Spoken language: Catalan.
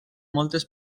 moltes